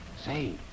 Say